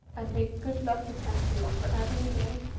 and may good luck attend you wherever you go.